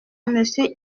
monsieur